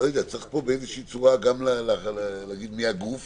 צריך פה באיזושהי צורה גם להגיד מי הגוף